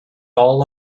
all